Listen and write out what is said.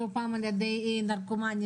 לפחות באיזה ארבעה, חמישה בתי חולים שלנו,